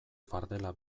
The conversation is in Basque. fardela